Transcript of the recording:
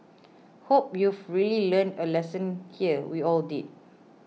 hope you've really learned a lesson here we all did